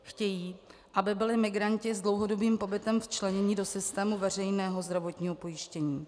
Chtějí, aby byli migranti s dlouhodobým pobytem včleněni do systému veřejného zdravotního pojištění.